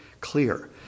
clear